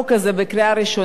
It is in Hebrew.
אני רוצה להודיע פה,